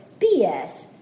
BS